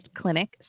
clinic